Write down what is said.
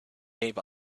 gave